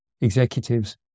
executives